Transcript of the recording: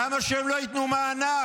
למה שהם לא ייתנו מענק?